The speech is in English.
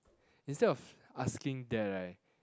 instead of asking that right